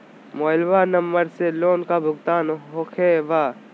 Mobile number से loan का भुगतान होखे बा?